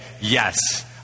yes